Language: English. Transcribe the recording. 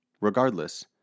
Regardless